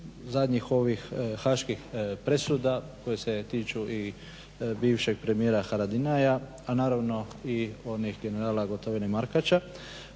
zadnjih ovih haških presuda koje se tiču i bivšeg premijera Haradinaja, a naravno i onih generala Gotovine i Markača.